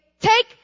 take